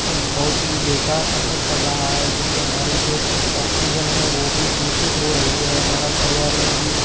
बहुत ही बेकार असर पड़ रहा है जिससे हमारी जो ऑक्सिजन है वो भी दूषित हो रही है हमारा पर्यावरण भी